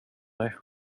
mig